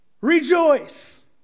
rejoice